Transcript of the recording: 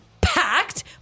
packed